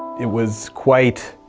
it was quite